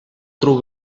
through